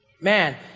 Man